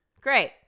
Great